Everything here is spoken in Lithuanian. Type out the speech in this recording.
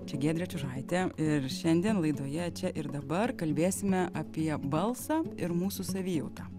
čia giedrė čiužaitė ir šiandien laidoje čia ir dabar kalbėsime apie balsą ir mūsų savijautą